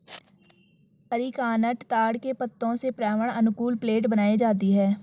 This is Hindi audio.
अरीकानट ताड़ के पत्तों से पर्यावरण अनुकूल प्लेट बनाई जाती है